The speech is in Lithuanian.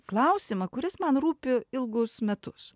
klausimą kuris man rūpi ilgus metus